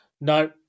No